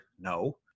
No